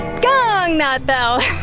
gong that bell!